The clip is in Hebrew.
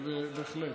בהחלט.